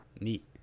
neat